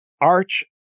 arch